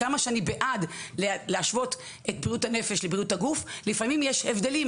כמה שאני בעד להשוות את בריאות הנפש לבריאות הגוף לפעמים יש הבדלים.